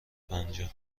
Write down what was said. پنجاه